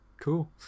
Cool